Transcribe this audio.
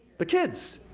the kids,